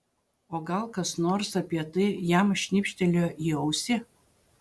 o gal kas nors apie tai jam šnibžtelėjo į ausį